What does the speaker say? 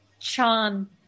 Chan